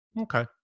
Okay